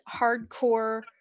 hardcore